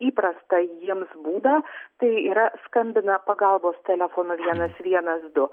įprastą jiems būdą tai yra skambina pagalbos telefonu vienas vienas du